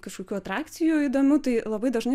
kažkokių atrakcijų įdomu tai labai dažnai